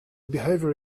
behavior